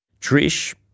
Trish